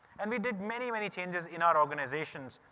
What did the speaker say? and we did many, many changes in our organisations,